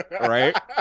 right